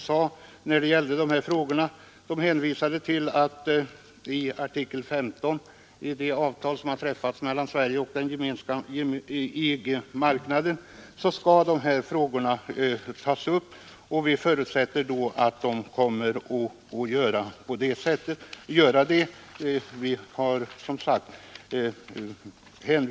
Utskottet anförde att Sverige med hänvisning till artikel 15 i det avtal som träffats mellan Sverige och EG-marknaden ämnar ta upp dessa frågor. Vi förutsätter att så kommer att ske.